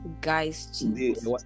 guys